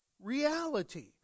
reality